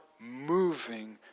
moving